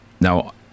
Now